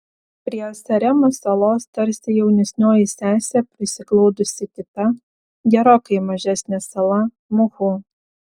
prie saremos salos tarsi jaunesnioji sesė prisiglaudusi kita gerokai mažesnė sala muhu